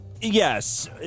yes